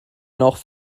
noch